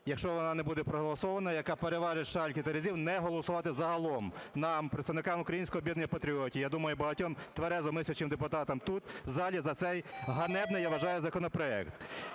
якщо вона не буде проголосована, яка переважить шальки терезів не голосувати загалом нам, представникам Українського об'єднання патріотів, я думаю, і багатьом тверезо мислячим депутатам тут, в залі, за цей ганебний, я вважаю, законопроект.